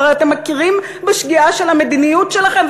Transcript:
והרי אתם מכירים בשגיאה של המדיניות שלכם,